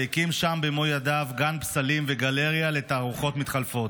והקים שם במו ידיו גן פסלים וגלריה לתערוכות מתחלפות,